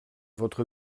votre